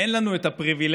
אין לנו את הפריבילגיה